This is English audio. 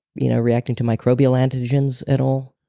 you know reacting to microbial antigens at all?